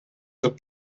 tot